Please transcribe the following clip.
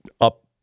up